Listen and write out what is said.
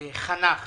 וחנך